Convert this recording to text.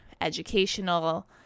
educational